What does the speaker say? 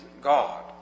God